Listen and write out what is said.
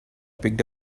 picked